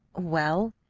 well,